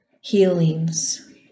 healings